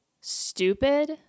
stupid